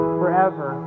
forever